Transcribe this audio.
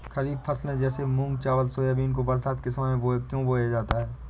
खरीफ फसले जैसे मूंग चावल सोयाबीन को बरसात के समय में क्यो बोया जाता है?